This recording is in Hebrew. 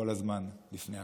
כל הזמן, לפני הכול.